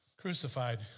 crucified